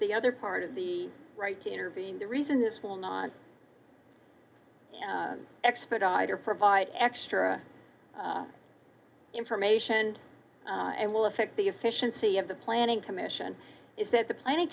the other part of the right to intervene the reason this will not expediter provide extra information and will affect the efficiency of the planning commission if that the planning